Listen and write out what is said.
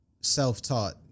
self-taught